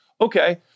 Okay